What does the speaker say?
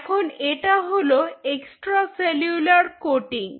এখন এটা হল এক্সট্রা সেলুলার কোটিং